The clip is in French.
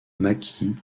maquis